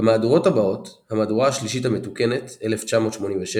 במהדורות הבאות המהדורה השלישית המתוקנת 1987,